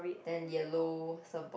then yellow surf board